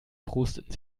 prosteten